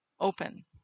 open